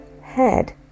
head